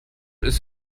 ist